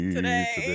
Today